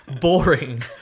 boring